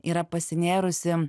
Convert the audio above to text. yra pasinėrusi